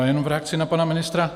Jenom v reakci na pana ministra.